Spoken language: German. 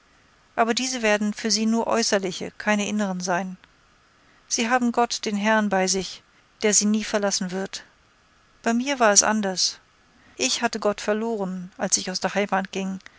aber diese werden für sie nur äußerliche keine inneren sein sie haben gott den herrn bei sich der sie nie verlassen wird bei mir war es anders ich hatte gott verloren als ich aus der heimat ging